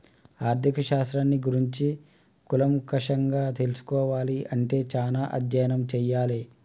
ఆర్ధిక శాస్త్రాన్ని గురించి కూలంకషంగా తెల్సుకోవాలే అంటే చానా అధ్యయనం చెయ్యాలే